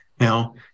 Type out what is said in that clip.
Now